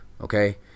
Okay